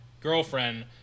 girlfriend